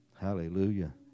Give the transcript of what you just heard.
Hallelujah